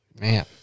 man